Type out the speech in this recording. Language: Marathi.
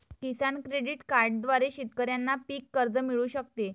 किसान क्रेडिट कार्डद्वारे शेतकऱ्यांना पीक कर्ज मिळू शकते